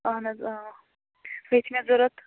اہَن حظ بیٚیہِ چھِ مےٚ ضوٚرتھ